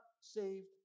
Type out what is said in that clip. saved